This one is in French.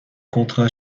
contrat